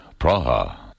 Praha